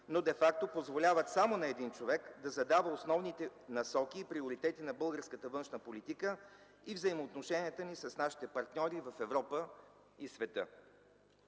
но де факто позволяват само на един човек да задава основните насоки и приоритети на българската външна политика и взаимоотношенията ни с нашите партньори в Европа и света.